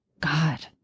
God